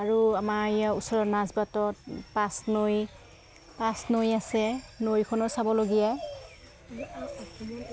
আৰু আমাৰ ইয়াৰ ওচৰত মাজবাটত পাঁচ নৈ পাঁচ নৈ আছে নৈখনো চাবলগীয়াই